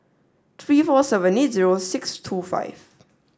three four seven eight zero six two five